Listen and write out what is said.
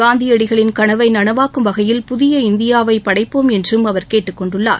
காந்தியடிகளின் கனவை நனவாக்கும் வகையில் புதிய இந்தியாவை படைப்போம் என்றும் அவர் கேட்டுக் கொண்டுள்ளார்